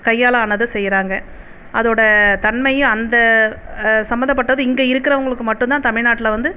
கையால் ஆனதை செய்கிறாங்க அதோட தன்மையும் அந்த அது சம்மந்தப்பட்டது இங்கே இருக்கிறவங்களுக்கு மட்டும்தான் தமிழ்நாட்டில் வந்து